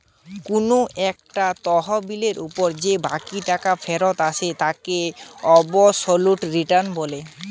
কুনু একটা তহবিলের উপর যে বাকি টাকা ফিরত আসে তাকে অবসোলুট রিটার্ন বলছে